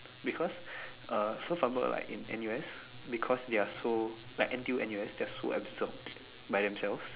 because uh so for example like in N_U_S because ya they're so like N_T_U N_U_S they are so absorbed by themself